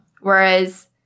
Whereas